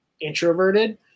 introverted